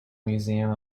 museum